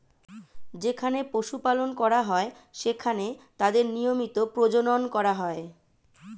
যেখানে পশু পালন করা হয়, সেখানে তাদের নিয়মিত প্রজনন করা হয়